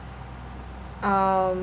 um